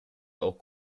auch